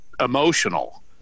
emotional